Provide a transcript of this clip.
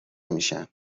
میشن